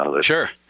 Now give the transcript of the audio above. Sure